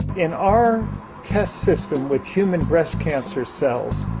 in our test system with human breast cancer cells,